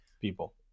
people